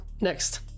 Next